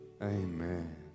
Amen